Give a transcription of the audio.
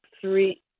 three